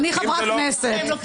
אני חברת כנסת.